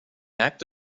act